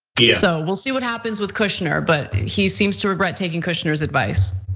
yeah. so we'll see what happens with kushner. but he seems to regret taking kushner's advice.